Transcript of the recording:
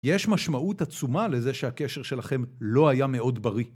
יש משמעות עצומה לזה שהקשר שלכם לא היה מאוד בריא.